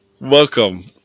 Welcome